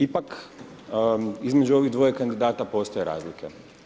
Ipak, između ovih dvoje kandidata postoje razlike.